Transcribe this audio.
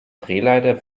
drehleiter